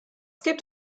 gibt